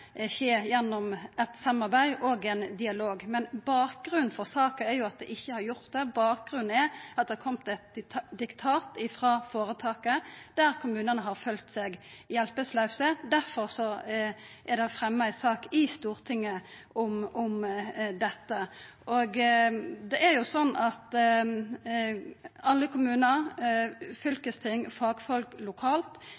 skje gjennom ein dialog. Bakgrunnen for saka er at det ikkje har gjort det, bakgrunnen er at det har kome eit diktat frå føretaket der kommunane har følt seg hjelpelause. Difor er det fremja ei sak i Stortinget om dette. Det er jo slik at alle kommunar,